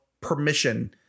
permission